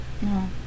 No